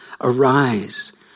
arise